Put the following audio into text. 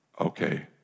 Okay